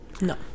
No